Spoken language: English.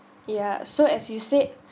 ya so as you said